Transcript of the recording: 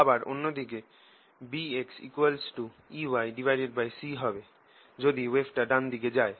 আবার অন্য দিকে BxEyc হবে যদি ওয়েভটা ডান দিকে যায়